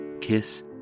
kiss